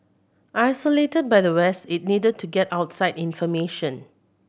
isolated by the west it needed to get outside information